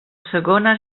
segona